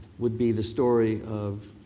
would be the story of